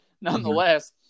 nonetheless